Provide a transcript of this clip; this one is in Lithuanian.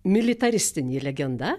militaristinė legenda